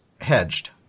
hedged